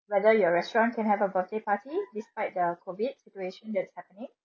whether your restaurant can have a birthday party despite the COVID situation that's happening